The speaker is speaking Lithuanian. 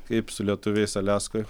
kaip su lietuviais aliaskoj